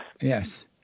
Yes